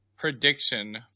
prediction